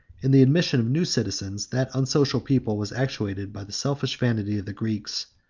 in the admission of new citizens, that unsocial people was actuated by the selfish vanity of the greeks,